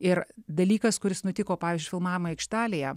ir dalykas kuris nutiko pavyzdžiui filmavimo aikštelėje